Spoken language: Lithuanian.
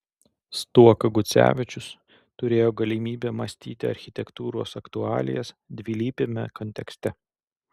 stuoka gucevičius turėjo galimybę mąstyti architektūros aktualijas dvilypiame kontekste